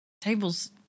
tables